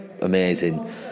amazing